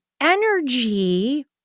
energy